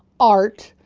art,